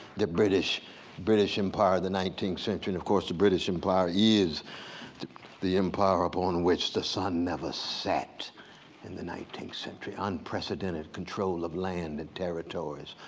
the british british empire of the nineteenth century. and of course the british empire is the the empire upon which the sun never set in the nineteenth century, unprecedented control of land and territories,